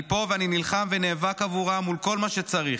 אני פה ואני נלחם ונאבק עבורם מול כל מה שצריך,